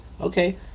Okay